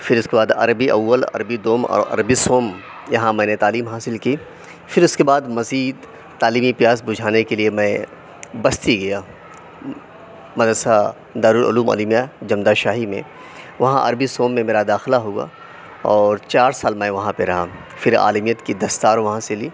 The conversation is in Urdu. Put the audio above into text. پھر اس کے بعد عربی اول عربی دوم اور عربی سوم یہاں میں نے تعلیم حاصل کی پھر اس کے بعد مزید تعلیمی پیاس بجھانے کے لیے میں بستی گیا مدرسہ دارالعلوم علی میاں جمدا شاہی میں وہاں عربی سوم میں میرا داخلہ ہوا اور چار سال میں وہاں پہ رہا پھر عالمیت کی دستار وہاں سے لی